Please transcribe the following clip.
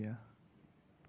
বাদ দিয়া